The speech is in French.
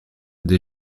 des